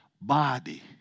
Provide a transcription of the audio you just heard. body